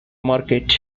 market